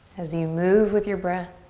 as you move with your breath.